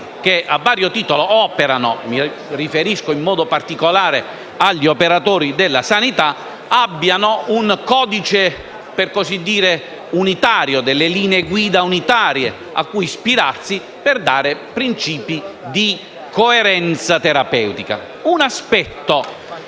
che a vario titolo operano - mi riferisco in modo particolare agli operatori della sanità - abbiano un codice per così dire unitario, linee guida unitarie a cui ispirarsi per dare principi di coerenza terapeutica. Un aspetto